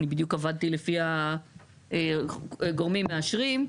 אני בדיוק עבדתי לפי גורמים מאשרים,